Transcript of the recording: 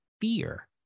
fear